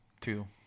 two